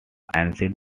ancient